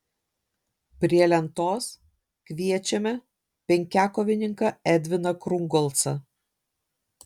prie lentos kviečiame penkiakovininką edviną krungolcą